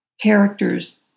characters